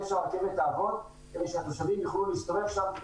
שהרכבת תעבוד כדי שהתושבים יוכלו להסתובב שם,